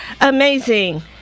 Amazing